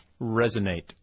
Resonate